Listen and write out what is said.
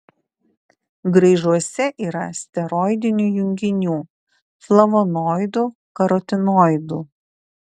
graižuose yra steroidinių junginių flavonoidų karotinoidų